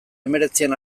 hemeretzian